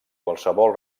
qualsevol